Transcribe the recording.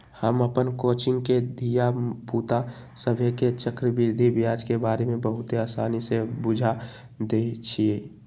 हम अप्पन कोचिंग के धिया पुता सभके चक्रवृद्धि ब्याज के बारे में बहुते आसानी से बुझा देइछियइ